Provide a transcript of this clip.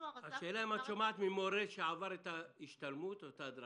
השאלה אם את שומעת ממורה שעבר את השתלמות או את ההדרכה.